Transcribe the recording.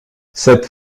cette